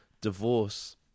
divorce